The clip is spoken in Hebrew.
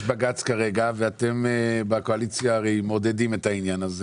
יש בג"ץ ואתם בקואליציה מעודדים את זה.